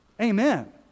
Amen